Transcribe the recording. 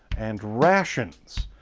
and rations.